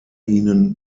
ihnen